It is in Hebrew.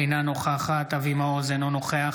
אינה נוכחת אבי מעוז, אינו נוכח